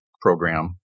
program